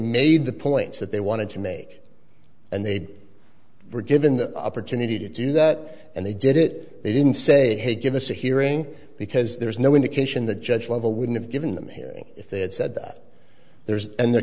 made the points that they wanted to make and they were given the opportunity to do that and they did it they didn't say hey give us a hearing because there's no indication the judge level would have given them a hearing if they had said that there's in their